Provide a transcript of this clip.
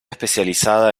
especializada